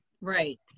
Right